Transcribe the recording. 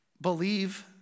Believe